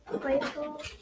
playful